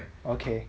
okay